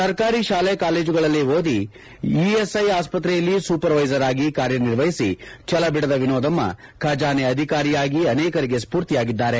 ಸರ್ಕಾರಿ ಶಾಲೆ ಕಾಲೇಜುಗಳಲ್ಲೇ ಓದಿ ಇಎಸ್ಐ ಆಸ್ಪತ್ರೆಯಲ್ಲಿ ಸೂಪರ್ ವೈಸರ್ ಆಗಿ ಕಾರ್ಯನಿರ್ವಹಿಸಿ ಛಲಬಿಡದ ವಿನೋದಮ್ನ ಖಜಾನೆ ಅಧಿಕಾರಿಯಾಗಿ ಅನೇಕರಿಗೆ ಸ್ವೂರ್ತಿಯಾಗಿದ್ದಾರೆ